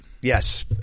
Yes